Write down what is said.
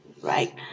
right